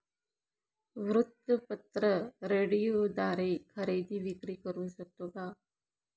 वृत्तपत्र, रेडिओद्वारे खरेदी विक्री करु शकतो का?